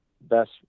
best